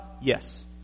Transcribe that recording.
Yes